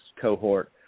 cohort